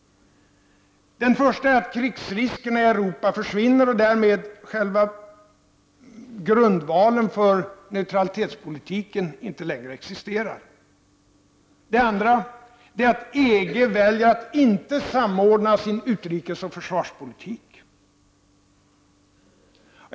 Den första är att krigsriskerna i Europa försvinner och att därmed själva grundvalen för neutralitetspolitiken inte längre existerar. Den andra är att EG väljer att inte samordna sin utrikesoch försvarspolitik.